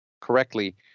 correctly